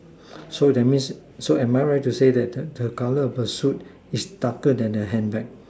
so that means so am I right to say that the the colour of the suit is darker than her hand bag